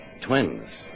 twins